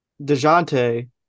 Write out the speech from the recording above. Dejounte